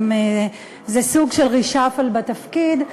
זה סוג של reshuffle בתפקיד,